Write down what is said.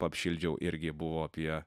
apšildžiau irgi buvo apie